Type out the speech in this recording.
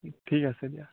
ঠিক আছে দিয়া